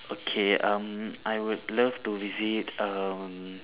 okay um I would love to visit um